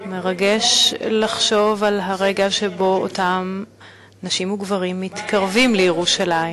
מרגש לחשוב על הרגע שבו אותם נשים וגברים מתקרבים לירושלים,